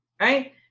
right